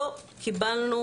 לא קיבלנו